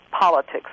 politics